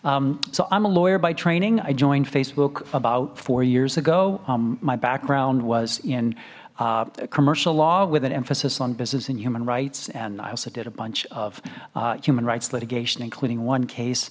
so i'm a lawyer by training i joined facebook about four years ago my background was in commercial law with an emphasis on business and human rights and i also did a bunch of human rights litigation including one case